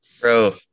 bro